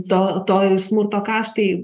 toto ir smurto kaštai